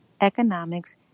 economics